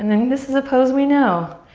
and and this is a pose we know.